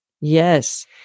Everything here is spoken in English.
Yes